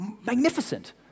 magnificent